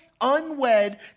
unwed